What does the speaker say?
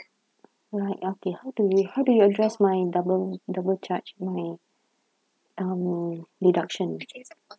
right okay how do you how do you address my double double charge my um deduction